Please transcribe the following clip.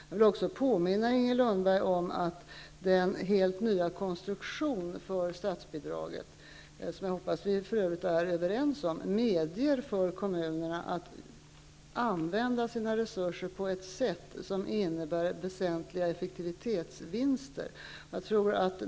Jag vill också påminna Inger Lundberg om att den helt nya konstruktionen för statsbidraget -- som jag hoppas att vi för övrigt är överens om -- medger att kommunerna använder sina resurser på ett sätt som innebär väsentliga effektivitetsvinster.